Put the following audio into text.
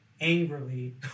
angrily